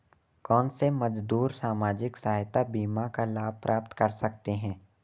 कौनसे मजदूर सामाजिक सहायता बीमा का लाभ प्राप्त कर सकते हैं?